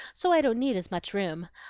so i don't need as much room.